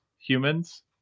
humans